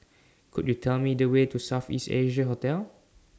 Could YOU Tell Me The Way to South East Asia Hotel